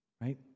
Right